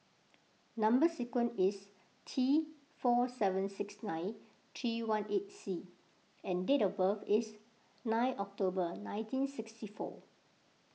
Number Sequence is T four seven six nine three one eight C and date of birth is nine October nineteen sixty four